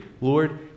Lord